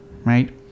right